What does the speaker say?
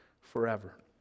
forever